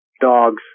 dogs